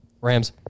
Rams